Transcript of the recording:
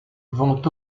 vont